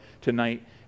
tonight